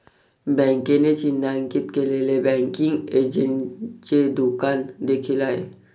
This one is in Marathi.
बँकेने चिन्हांकित केलेले बँकिंग एजंटचे दुकान देखील आहे